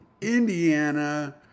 Indiana